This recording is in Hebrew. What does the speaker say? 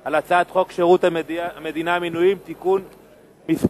על הצעת חוק שירות המדינה (מינויים) (תיקון מס'